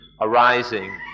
arising